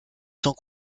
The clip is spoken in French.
sans